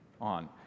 on